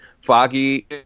Foggy